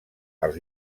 els